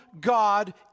God